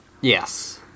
Yes